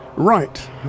right